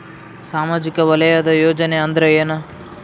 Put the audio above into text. ಸಾಮಾಜಿಕ ವಲಯದ ಯೋಜನೆ ಅಂದ್ರ ಏನ?